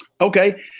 Okay